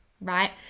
right